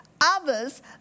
others